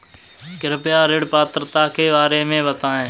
कृपया ऋण पात्रता के बारे में बताएँ?